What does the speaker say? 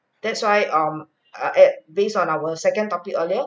that's why um uh at based on our second topic earlier